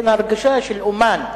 לבין ההרגשה של אמן,